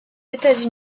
états